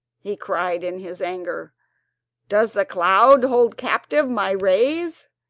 he cried in his anger does the cloud hold captive my rays,